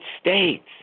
states